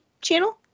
channel